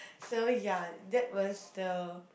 so ya that was the